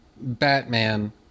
Batman